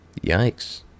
Yikes